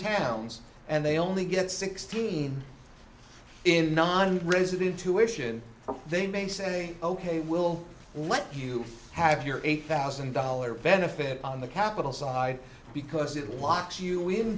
towns and they only get sixteen in nonresident tuition for they may say ok we'll let you have your eight thousand dollars benefit on the capital side because it locks you